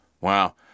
Wow